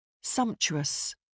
Sumptuous